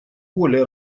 более